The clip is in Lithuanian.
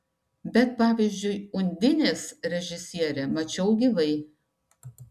bet pavyzdžiui undinės režisierę mačiau gyvai